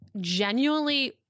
genuinely